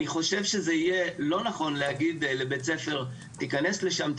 אני חושב שזה יהיה לא נכון להגיד לבית ספר: תיכנס לשם,